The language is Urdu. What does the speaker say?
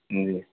جی